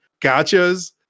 gotchas